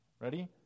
ready